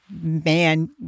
Man